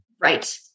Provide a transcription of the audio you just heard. Right